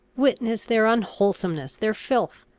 witness their unwholesomeness, their filth,